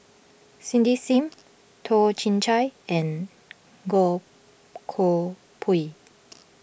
Cindy Sim Toh Chin Chye and Goh Koh Pui